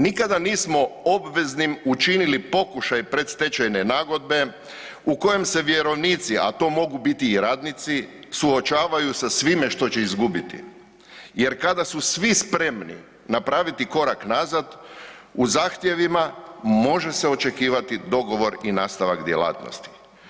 Nikada nismo obveznim učinili pokušaj predstečajne nagodbe u kojem se vjerovnici a to mogu biti i radnici, suočavaju sa svime što će izgubiti jer kada su svi spremni napraviti korak nazad, u zahtjevima može se očekivat dogovor i nastavak djelatnosti.